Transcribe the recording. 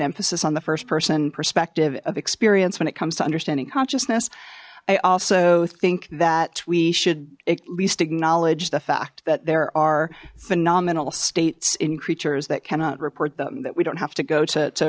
emphasis on the first person perspective of experience when it comes to understanding consciousness i also think that we should at least acknowledge the fact that there are phenomenal states in creatures that cannot report them that we don't have to go to